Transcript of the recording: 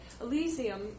Elysium